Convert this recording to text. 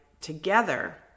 together